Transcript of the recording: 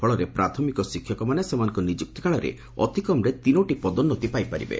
ଫଳରେ ପ୍ରାଥମିକ ଶିକ୍ଷକମାନେ ସେମାନଙ୍କ ନିଯୁକ୍ତିକାଳରେ ଅତିକମ୍ରେ ତିନୋଟି ପଦୋନୁତି ପାଇପାରିବେ